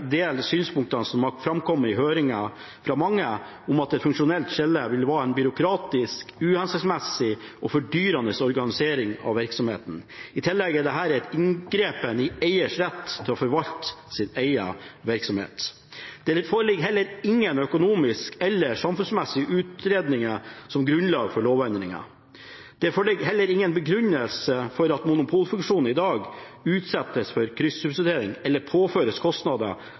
synspunktene som har framkommet i høringen fra mange, om at et funksjonelt skille vil være en byråkratisk, uhensiktsmessig og fordyrende organisering av virksomheten. I tillegg er dette en inngripen i eiers rett til å forvalte sin egen virksomhet. Det foreligger ingen økonomiske eller samfunnsmessig utredninger som grunnlag for lovendringen. Det foreligger heller ingen begrunnelse for at monopolfunksjonen i dag utsettes for kryssubsidiering eller påføres kostnader